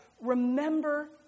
remember